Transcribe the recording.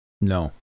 No